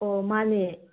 ꯑꯣ ꯃꯥꯅꯦ